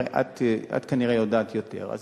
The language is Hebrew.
את כנראה יודעת יותר.